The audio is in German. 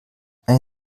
eine